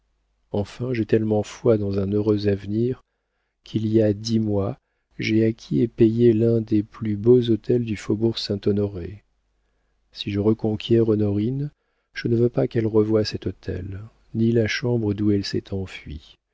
enfin j'ai tellement foi dans un heureux avenir qu'il y a dix mois j'ai acquis et payé l'un des plus beaux hôtels du faubourg saint-honoré si je reconquiers honorine je ne veux pas qu'elle revoie cet hôtel ni la chambre d'où elle s'est enfuie